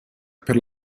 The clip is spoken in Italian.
per